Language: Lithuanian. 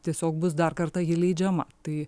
tiesiog bus dar kartą ji leidžiama tai